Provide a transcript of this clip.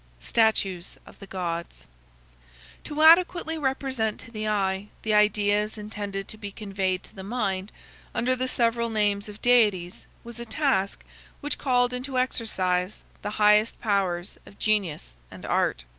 statues of the gods to adequately represent to the eye the ideas intended to be conveyed to the mind under the several names of deities was a task which called into exercise the highest powers of genius and art.